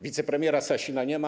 Wicepremiera Sasina nie ma.